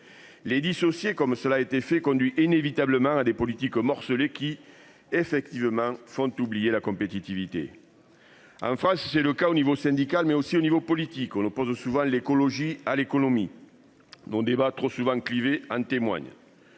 Les dissocier, comme cela a été fait conduit inévitablement à des politiques morcelé qui. Effectivement font oublier la compétitivité. En face, c'est le cas au niveau syndical mais aussi au niveau politique on oppose souvent l'écologie à l'économie. Dont débat trop souvent cliver en témoigne.